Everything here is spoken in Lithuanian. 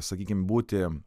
sakykim būti